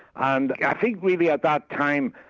and i think really at that time,